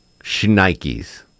shnikes